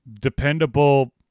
dependable